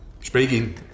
Speaking